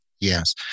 Yes